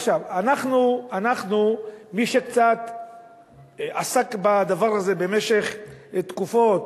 עכשיו, אנחנו, מי שקצת עסק בדבר הזה במשך תקופות,